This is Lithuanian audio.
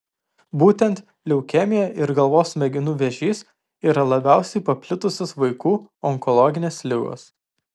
būtent leukemija ir galvos smegenų vėžys yra labiausiai paplitusios vaikų onkologinės ligos